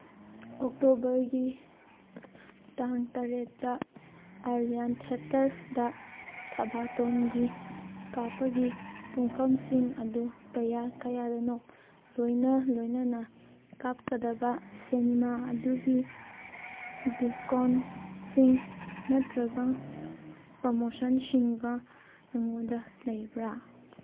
ꯑꯣꯛꯇꯣꯕꯔꯒꯤ ꯇꯥꯡ ꯇꯔꯦꯠꯇ ꯑꯔꯌꯥꯟ ꯊꯦꯇꯔꯒꯤ ꯊꯕꯥꯇꯣꯟꯒꯤ ꯀꯥꯞꯄꯒꯤ ꯄꯨꯡꯐꯝꯁꯤꯡ ꯑꯗꯨ ꯀꯌꯥ ꯀꯌꯥꯗꯅꯣ ꯂꯣꯏꯅ ꯂꯣꯏꯅꯅ ꯀꯥꯞꯀꯗꯕ ꯁꯦꯅꯤꯃꯥ ꯑꯗꯨꯒꯤ ꯗꯤꯁꯀꯥꯎꯟꯁꯤꯡ ꯅꯠꯇ꯭ꯔꯒ ꯄ꯭ꯔꯃꯣꯁꯟꯁꯤꯡꯒ ꯅꯪꯉꯣꯟꯗ ꯂꯩꯕ꯭ꯔꯥ